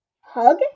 Hug